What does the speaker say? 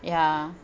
ya